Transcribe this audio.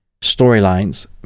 storylines